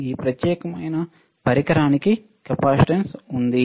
ఈ ప్రత్యేకమైన పరికరానికి కెపాసిటెన్స్ ఉంది